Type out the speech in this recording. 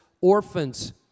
orphans